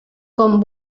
com